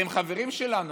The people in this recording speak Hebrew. הרי הם חברים שלנו,